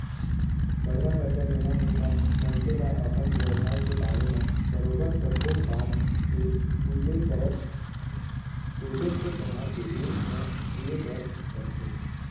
बड़का करजा लेना हे त मनसे ल अपन बेवसाय के बारे म बरोबर सब्बो बात के उल्लेख करत प्रोजेक्ट बनाके बेंक म देय बर परथे